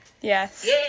Yes